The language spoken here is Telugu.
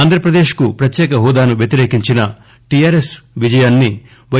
ఆంధ్రప్రదేశ్కు ప్రత్యేకహోదాను వ్యతిరేకించిన టిఆర్ఎస్ విజయాన్ని పై